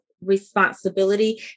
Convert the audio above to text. responsibility